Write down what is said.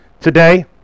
today